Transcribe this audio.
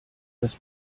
das